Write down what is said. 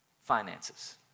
finances